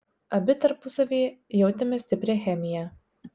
abi tarpusavyje jautėme stiprią chemiją